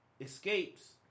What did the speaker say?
Escapes